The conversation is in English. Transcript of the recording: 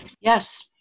Yes